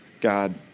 God